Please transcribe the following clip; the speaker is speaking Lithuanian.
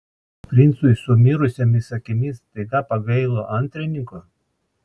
princui su mirusiomis akimis staiga pagailo antrininko